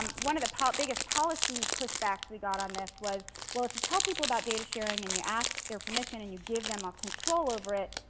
one of the biggest policy push-backs we got on this was well, if you tell people about data sharing and you ask their permission and you give them a control over it,